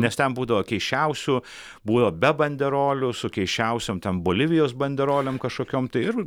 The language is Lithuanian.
nes ten būdavo keisčiausių būdavo be banderolių su keisčiausiom ten bolivijos banderolėm kažkokiom tai ir